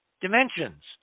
dimensions